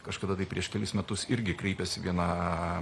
kažkada tai prieš kelis metus irgi kreipėsi viena